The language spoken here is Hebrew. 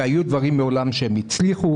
והיו דברים מעולם שהם הצליחו.